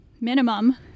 minimum